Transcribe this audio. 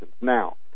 Now